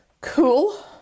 Cool